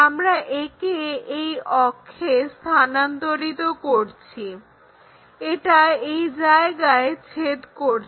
আমরা একে এই অক্ষে স্থানান্তরিত করছি এটা এই জায়গায় ছেদ করছে